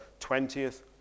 20th